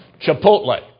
Chipotle